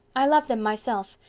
i love them myself.